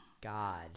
god